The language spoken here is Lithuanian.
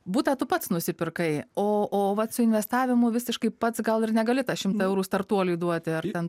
butą tu pats nusipirkai o o vat su investavimu visiškai pats gal ir negali tą šimtą eurų startuoliui duoti ar ten